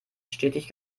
stetig